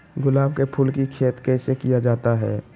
गुलाब के फूल की खेत कैसे किया जाता है?